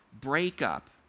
breakup